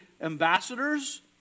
ambassadors